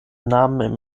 namen